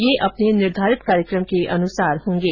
यह अपने निर्धारित कार्यक्रम के अनुसार होंगे